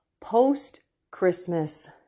post-Christmas